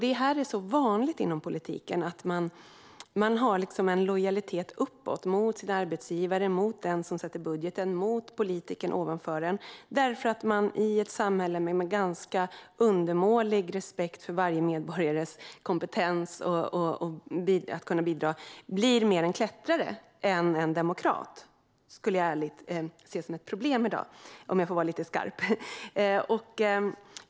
Det är vanligt inom politiken att man har en lojalitet uppåt - mot sina arbetsgivare, mot den som sätter budgeten och mot politikerna ovanför en - därför att man i ett samhälle med ganska undermålig respekt för varje medborgares kompetens att bidra blir mer en klättrare än en demokrat. Det skulle jag ärligt se som ett problem i dag, om jag får vara lite skarp.